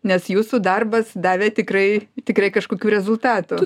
nes jūsų darbas davė tikrai tikrai kažkokių rezultatų